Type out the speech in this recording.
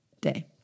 day